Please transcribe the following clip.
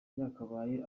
yakabaye